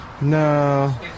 No